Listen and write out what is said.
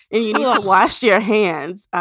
you wash your hands.